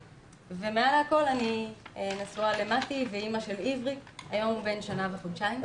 מעל לכל אני נשואה למתי ואמא של עברי היום הוא בן שנה וחודשיים,